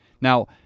Now